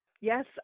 Yes